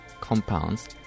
compounds